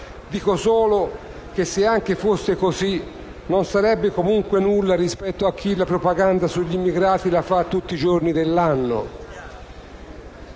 dico solo che, se anche fosse così, non sarebbe comunque nulla rispetto a chi la propaganda sugli immigrati la fa tutti i giorni dell'anno.